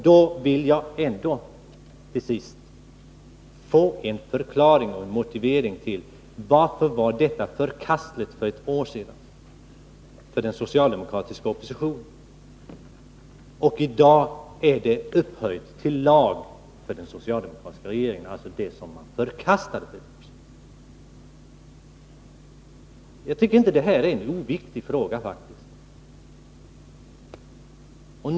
Då vill jag till sist få en förklaring och motivering: Varför var detta förkastligt för ett år sedan för socialdemokraterna i opposition och i dag upphöjt till lag för den socialdemokratiska regeringen? Detta är inte en oviktig fråga.